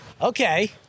okay